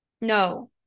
No